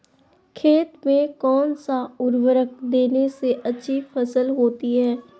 खेत में कौन सा उर्वरक देने से अच्छी फसल होती है?